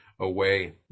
away